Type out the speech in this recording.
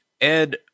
Ed